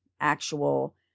actual